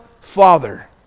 Father